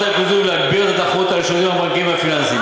הריכוזיות ולהגביר את התחרות על השירותים הבנקאיים והפיננסיים.